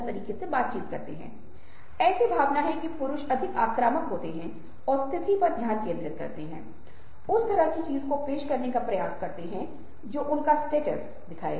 तीसरा वह स्थान है जहां आप कहते हैं कि किसी भी अजनबी को किसी भी अजनबी पर ध्यान केंद्रित करने के लिए कहा जाए जिसे आप नहीं जानते हैं और आप उस व्यक्ति का सुख चाहते हैं